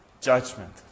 Judgment